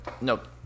nope